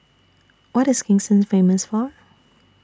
What IS Kingston Famous For